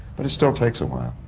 but it still takes a while.